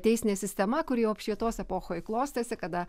teisinė sistema kuri jau apšvietos epochoj klostėsi kada